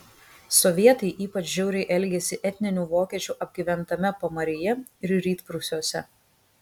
sovietai ypač žiauriai elgėsi etninių vokiečių apgyventame pamaryje ir rytprūsiuose